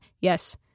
Yes